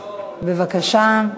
בבקשה.